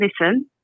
listen